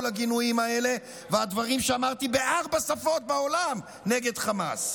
כל הגינויים האלה והדברים שאמרתי בארבע שפות בעולם נגד חמאס,